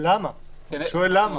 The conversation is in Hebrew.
שואל למה.